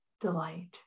delight